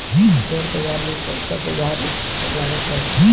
share बाजार में पईसा बाजार रिस्क पअ लागत बाटे